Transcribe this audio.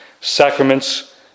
sacraments